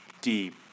deep